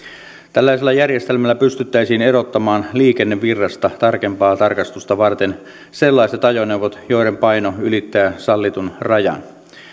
tällaisella järjestelmällä pystyttäisiin erottamaan liikennevirrasta tarkempaa tarkastusta varten sellaiset ajoneuvot joiden paino ylittää sallitun rajan